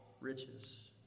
riches